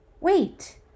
Wait